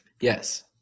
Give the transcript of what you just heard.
yes